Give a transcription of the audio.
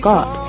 God